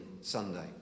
Sunday